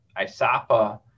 ISAPA